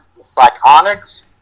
Psychonics